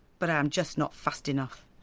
but i am just not fast enough.